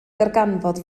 ddarganfod